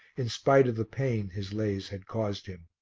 in spite of the pain his lays had caused him.